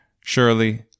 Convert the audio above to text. Surely